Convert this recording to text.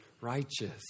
righteous